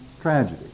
tragedy